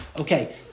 Okay